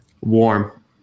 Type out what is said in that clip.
Warm